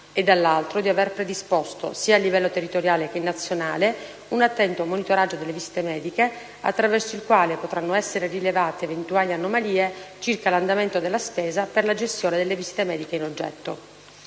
e, dall'altro, di aver predisposto sia a livello territoriale che nazionale un attento monitoraggio delle visite mediche, attraverso il quale potranno essere rilevate eventuali anomalie circa l'andamento della spesa per la gestione delle visite mediche in oggetto.